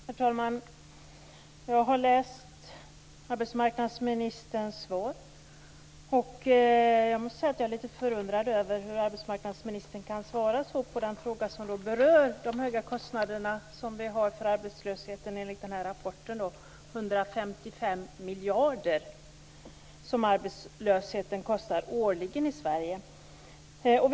Herr talman! Jag har läst arbetsmarknadsministerns svar. Jag är litet förundrad över hur hon kan svara på ett sådant sätt på den fråga som berör de höga kostnader som vi har för arbetslösheten enligt denna rapport - 155 miljarder. Arbetslösheten kostar alltså 155 miljarder årligen i Sverige.